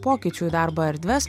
pokyčių į darbo erdves